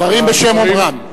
דברים בשם אומרם.